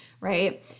right